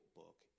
book